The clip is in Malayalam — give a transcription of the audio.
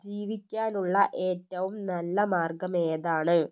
ജീവിക്കാനുള്ള ഏറ്റവും നല്ല മാർഗം ഏതാണ്